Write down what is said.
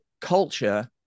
culture